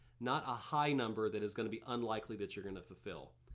not a high number that is gonna be unlikely that you're gonna fulfill.